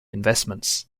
investments